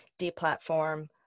deplatform